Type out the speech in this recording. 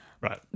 Right